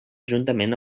juntament